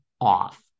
off